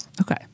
Okay